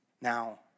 now